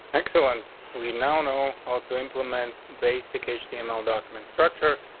excellent. we know know how to implement basic asian email document structure.